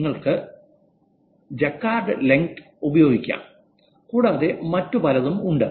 നിങ്ങൾക്ക് jacquards length jackards length ഉപയോഗിക്കാം കൂടാതെ മറ്റു പലതും ഉണ്ട്